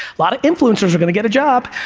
lot of influencers are gonna get a job.